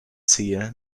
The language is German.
ziel